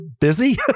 busy